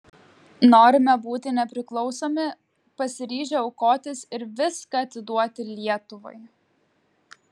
norime būti nepriklausomi pasiryžę aukotis ir viską atiduoti lietuvai